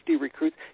recruits